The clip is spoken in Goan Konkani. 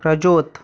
प्रज्योत